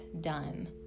done